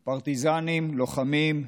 פרטיזנים, לוחמים,